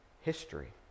history